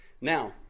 Now